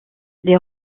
les